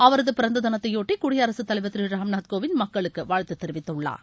அவரது பிறந்த தினத்தையொட்டி குடியரசு தலைவர் திரு ராம்நாத் கோவிந்த் மக்களுக்கு வாழ்த்து தெரிவித்துள்ளார்